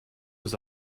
was